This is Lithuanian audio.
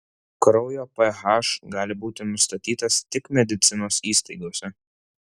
kraujo ph gali būti nustatytas tik medicinos įstaigose